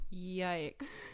Yikes